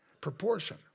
proportion